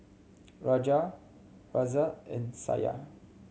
Raja Razia and Satya